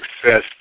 success